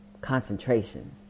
Concentration